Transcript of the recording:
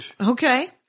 Okay